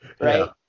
Right